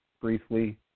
briefly